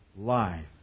Life